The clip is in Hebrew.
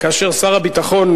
כאשר שר הביטחון,